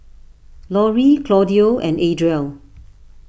Laurie Claudio and Adriel